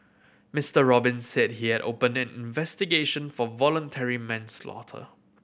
Mister Robin said he had opened an investigation for voluntary manslaughter